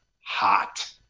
hot